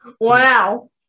Wow